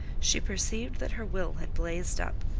she perceived that her will had blazed up,